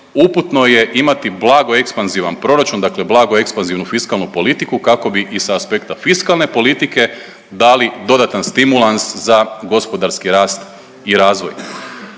uputno je imati blago ekspanzivan proračun, dakle blago ekspanzivnu fiskalnu politiku kako bi i sa aspekta fiskalne politike dali dodatan stimulans za gospodarski rast i razvoj.